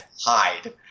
hide